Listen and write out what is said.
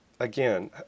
again